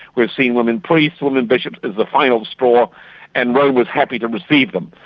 we've seen women priests, women bishops is the final straw and rome was happy to receive them.